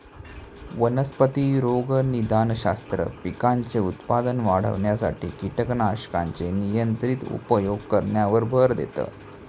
वनस्पती रोगनिदानशास्त्र, पिकांचे उत्पादन वाढविण्यासाठी कीटकनाशकांचे नियंत्रित उपयोग करण्यावर भर देतं